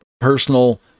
personal